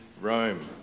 Rome